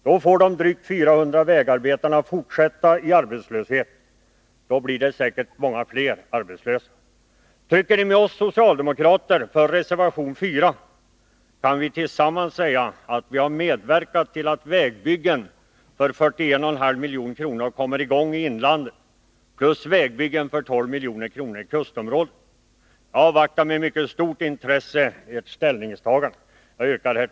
Då får de drygt 400 vägarbetarna fortsätta i arbetslöshet. Säkert blir många fler arbetslösa. Trycker ni med oss socialdemokrater för reservation 4, kan vi tillsammans säga att vi har medverkat till att vägbyggen för 41,5 milj.kr. kommer i gång i inlandet, plus vägbyggen för 12 miljoner i kustområdet. Jag avvaktar med stort intresse ert ställningstagande. Herr talman!